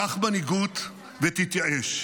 קח מנהיגות ותתייאש.